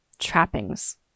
Trappings